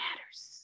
matters